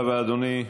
תודה רבה, אדוני.